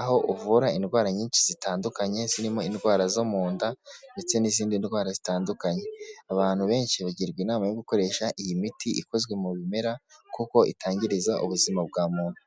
Aho uvura indwara nyinshi zitandukanye zirimo indwara zo mu nda, ndetse n'izindi ndwara zitandukanye. Abantu benshi bagirwa inama yo gukoresha iyi miti ikozwe mu bimera, kuko itangiriza ubuzima bwa muntu.